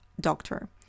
doctor